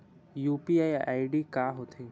UPI ID का होथे?